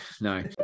No